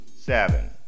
Seven